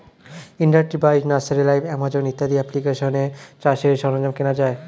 industry বাইশ, nursery live, Amazon ইত্যাদি অ্যাপ্লিকেশানে চাষের সরঞ্জাম কেনা যায়